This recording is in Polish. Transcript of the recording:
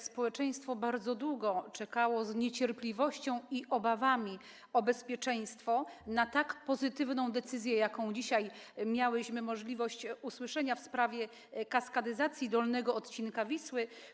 Społeczeństwo bardzo długo czekało z niecierpliwością i obawami o bezpieczeństwo na tak pozytywną decyzję, o której dzisiaj miałyśmy możliwość usłyszeć, w sprawie kaskadyzacji dolnego odcinka Wisły.